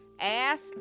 Ask